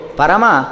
parama